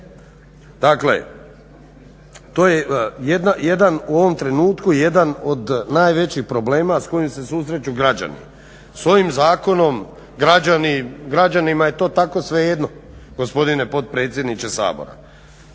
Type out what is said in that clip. Dakle, to je u ovom trenutku jedan od najvećih problema s kojim se susreću građani. S ovim zakonom građanima je to tako svejedno, gospodine potpredsjedniče Sabora.